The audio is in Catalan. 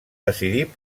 decidir